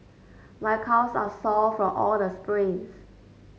my calves are sore from all the sprints